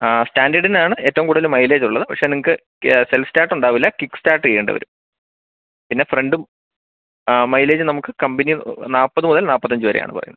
ആ സ്റ്റാൻഡേഡിനാണ് ഏറ്റവും കൂടുതൽ മൈലേജുള്ളത് പക്ഷേ നിങ്ങൾക്ക് സെൽഫ് സ്റ്റാട്ടുണ്ടാവില്ല കിക്ക് സ്റ്റാർട്ട് ചെയ്യേണ്ടി വരും പിന്നെ ഫ്രണ്ടും ആ മൈലേജ് നമുക്ക് കമ്പനി നാൽപ്പത് മുതൽ നാൽപ്പത്തഞ്ച് വരെയാണ് പറയുന്നത്